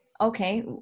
Okay